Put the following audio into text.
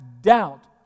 doubt